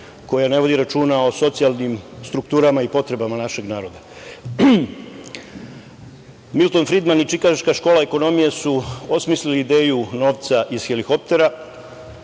koja ne vodi računa o socijalnim strukturama i potrebama našeg naroda. Milton Fridman i Čikaška škola ekonomije su osmislili ideju „novca iz helikoptera“.